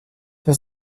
was